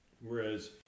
Whereas